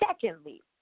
Secondly